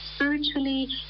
spiritually